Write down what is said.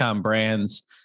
brands